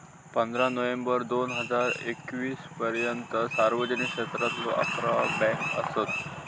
पंधरा नोव्हेंबर दोन हजार एकवीस पर्यंता सार्वजनिक क्षेत्रातलो अकरा बँका असत